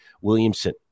Williamson